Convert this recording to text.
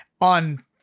on